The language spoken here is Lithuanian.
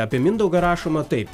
apie mindaugą rašoma taip